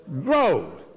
grow